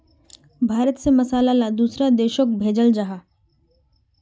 भारत से मसाला ला दुसरा देशोक भेजल जहा